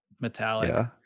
metallic